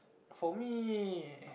for me